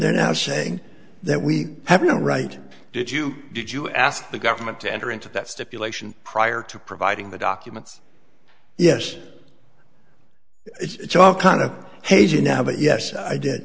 they're now saying that we have no right did you did you ask the government to enter into that stipulation prior to providing the documents yes it's all kind of hazy now but yes i did